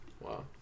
Wow